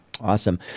Awesome